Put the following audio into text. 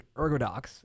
ErgoDox